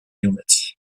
units